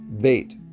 Bait